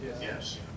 Yes